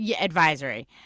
advisory